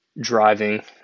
driving